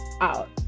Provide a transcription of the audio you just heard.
out